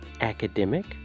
academic